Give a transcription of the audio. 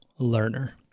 Learner